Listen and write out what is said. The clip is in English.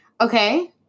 Okay